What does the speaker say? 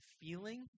feeling